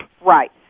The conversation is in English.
Right